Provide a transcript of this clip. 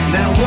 Now